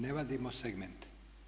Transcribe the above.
Ne vadimo segmente.